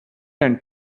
and